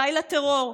די לטרור,